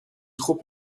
trop